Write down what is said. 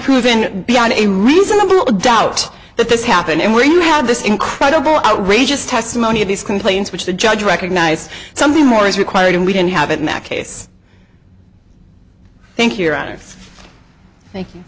proven beyond a reasonable doubt that this happened and when you have this incredible outrageous testimony of these complaints which the judge recognize something more is required and we don't have it in that case thank you ron thank you